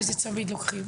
איזה צמיד לוקחים.